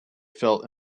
felt